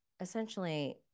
essentially